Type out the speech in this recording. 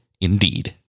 Indeed